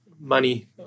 money